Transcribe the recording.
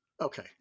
okay